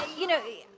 you know,